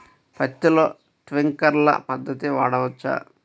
పత్తిలో ట్వింక్లర్ పద్ధతి వాడవచ్చా?